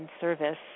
service